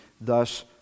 thus